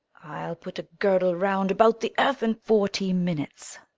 i'll put a girdle round about the earth in forty minutes.